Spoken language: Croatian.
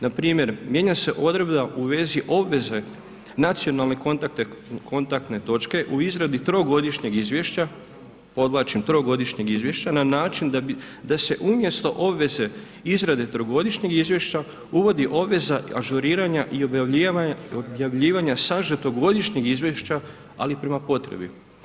Npr. mijenja se odredba u vezi obveze nacionalne kontaktne točke u izradi trogodišnjeg izvješća, podvlačim trogodišnjeg izvješća na način da se umjesto obveze izrade trogodišnjeg izvješća, uvodi obveza ažuriranja i objavljivanja sažetog godišnjeg izvješća ali prema potrebi.